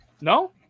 No